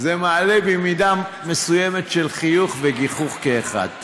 זה מעלה בי מידה מסוימת של חיוך וגיחוך כאחד.